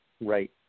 Right